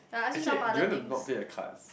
actually do you want to not play the cards